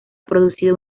producido